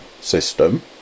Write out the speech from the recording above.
system